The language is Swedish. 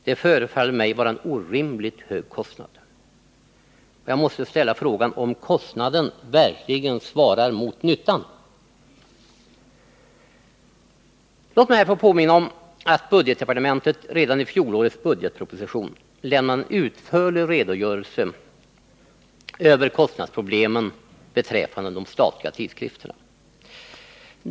Det förefaller mig vara en orimligt hög kostnad. Jag måste ställa frågan om kostnaden verkligen svarar mot nyttan. Låt mig här få påminna om att budgetdepartementet redan i fjolårets budgetproposition lämnade en utförlig redogörelse över kostnadsproblemen beträffande de statliga tidskrifterna.